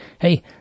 Hey